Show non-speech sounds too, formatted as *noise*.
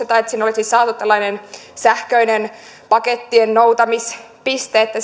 *unintelligible* tai että sinne olisi saatu tällainen sähköinen pakettien noutamispiste että *unintelligible*